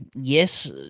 Yes